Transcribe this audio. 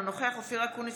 אינו נוכח אופיר אקוניס,